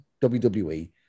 WWE